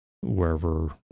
wherever